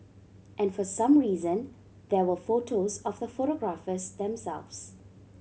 and for some reason there were photos of the photographers themselves